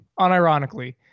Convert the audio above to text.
unironically